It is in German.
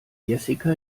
jessica